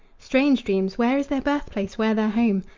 strange dreams! where is their birthplace where their home?